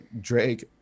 Drake